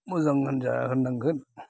मोजां होनजा होननांगोन